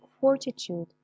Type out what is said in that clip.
fortitude